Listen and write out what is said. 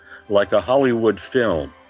like a hollywood film,